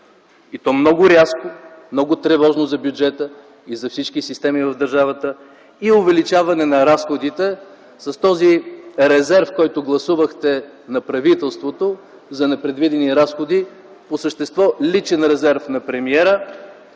и то много рязко, много тревожно за бюджета и за всички системи в държавата и увеличаване на разходите с този резерв, който гласувахте на правителството за непредвидени разходи – по същество личен резерв на премиера,